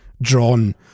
drawn